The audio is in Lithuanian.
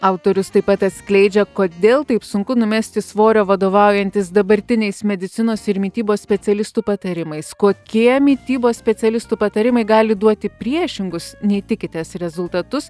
autorius taip pat atskleidžia kodėl taip sunku numesti svorio vadovaujantis dabartiniais medicinos ir mitybos specialistų patarimais kokie mitybos specialistų patarimai gali duoti priešingus nei tikitės rezultatus